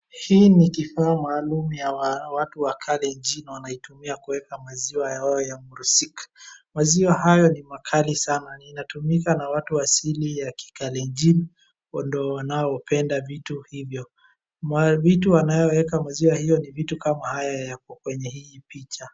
Hii ni kifaa maalum ya watu wakalenjin wanaitumia kuweka maziwa hayo ya murusik. Maziwa hayo ni makali sana zinatumika na watu asili ya Kikalenjin, hao ndio wanaopenda vitu hivyo. Maana vitu wanayoyeka maziwa hayo ni vitu kama haya yako kwenye hii picha.